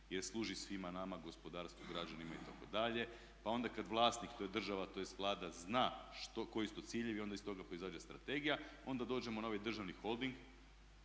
jer služi svima nama, gospodarstvu, građanima itd. Pa onda kad vlasnik, a to je država tj. Vlada, zna koji su to ciljevi onda iz toga proizađe strategija i onda dođemo na ovaj državni holding,